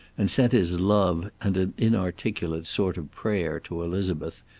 and sent his love and an inarticulate sort of prayer to elizabeth,